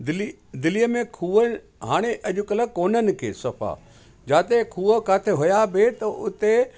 दिली दिलीअ में खूह हाणे अॼु कल्ह कोन आहिनि के सफ़ा जिते खूह किथे हुया बि त उते